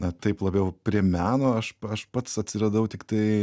na taip labiau prie meno aš aš pats atsiradau tiktai